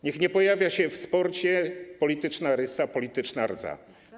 Niech nie pojawia się w sporcie polityczna rysa, polityczna rdza.